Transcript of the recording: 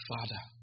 Father